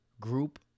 group